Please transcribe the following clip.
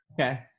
Okay